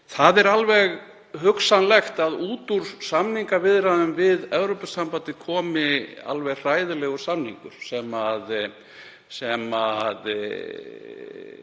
Það er alveg hugsanlegt að út úr samningaviðræðum við Evrópusambandið komi alveg hræðilegur samningur sem